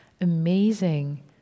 amazing